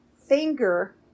finger